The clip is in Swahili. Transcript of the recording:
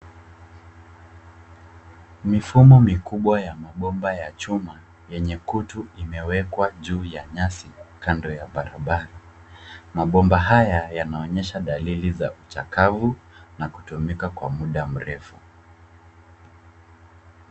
Mifumo mikubwa ya mabomba ya chuma yenye kutu imewekwa juu ya nyasi kando ya barabara. Mabomba haya yanaonyesha dalili za uchakavu na kutumika kwa muda mrefu.